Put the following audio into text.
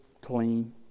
clean